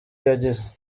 yagize